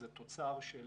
זה תוצר של